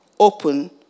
Open